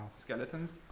skeletons